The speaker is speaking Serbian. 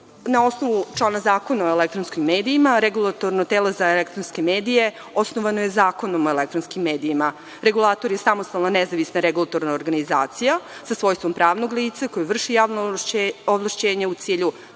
osnovu člana Zakona o elektronskim medijima, REM je osnovano Zakonom o elektronskim medijima. Regulator je samostalna nezavisna regulatorna organizacija, sa svojstvom pravnog lica, koje vrši javno ovlašćenje u cilju